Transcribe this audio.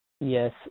Yes